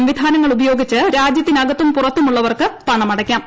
സംവിധാനങ്ങൾ ഉപയോഗിച്ച് രാജ്യത്തിന്കത്തും പുറത്തുമുള്ളവർക്ക് പണം അടയ്ക്കാം